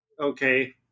okay